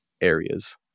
areas